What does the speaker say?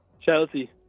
Chelsea